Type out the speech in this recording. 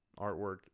artwork